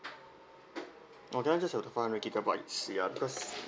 oh can I just have the dour hundred gigabyte ya because